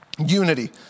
unity